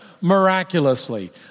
miraculously